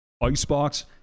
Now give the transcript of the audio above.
Icebox